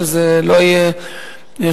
שזה לא יהיה חד-פעמי.